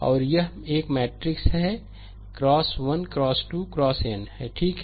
और यह एक मैट्रिक्स है यह x1 x 2 xn है ठीक है